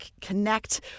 connect